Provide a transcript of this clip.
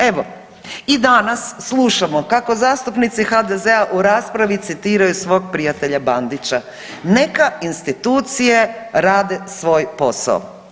Evo i danas slušamo kako zastupnici HDZ-a u raspravi citiraju svog prijatelja Bandića, neka institucije rade svoj posao.